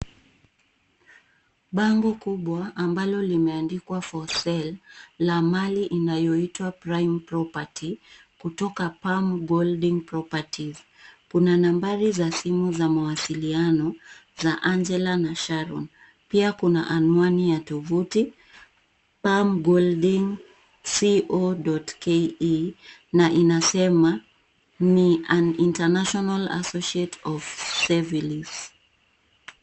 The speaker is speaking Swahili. Bango kubwa ambalo limeandikwa FOR SALE la mali inayoitwa Prime Property, kutoka PAM GOLDING PROPERTIES.Kuna nambari za simu za mawasiliano, za Angela na Sharon. Pia kuna anuwani ya tovuti, pamgolding co. ke na inasema, ni An International Associate of Sevills.